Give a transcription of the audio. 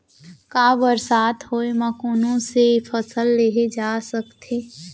कम बरसात होए मा कौन से फसल लेहे जाथे सकत हे?